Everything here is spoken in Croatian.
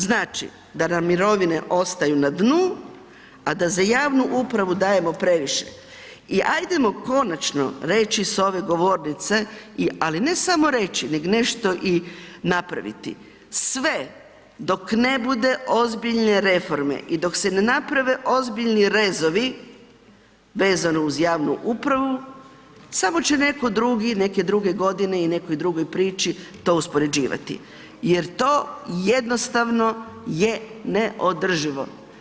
Znači da nam mirovine ostaju na dnu, a da za javnu upravu dajemo previše i hajdemo konačno reći s ove govornice, ali ne samo reći nego nešto i napraviti, sve dok ne bude ozbiljne reforme i dok se ne naprave ozbiljni rezovi vezano uz javnu upravu, samo će netko drugi, druge godine u nekoj drugoj priči to uspoređivati jer to jednostavno je neodrživo.